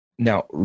Now